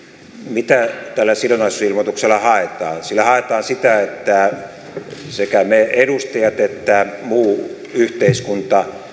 mitä tällä sidonnaisuusilmoituksella haetaan sillä haetaan sitä että sekä me edustajat että muu yhteiskunta